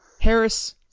Harris